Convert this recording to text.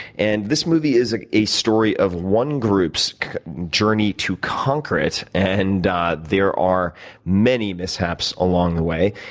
and this movie is ah a story of one group's journey to conquer it. and there are many mishaps along the way.